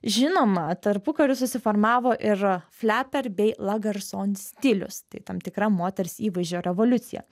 žinoma tarpukariu susiformavo ir fleper bei lagarson stilius tai tam tikra moters įvaizdžio revoliucija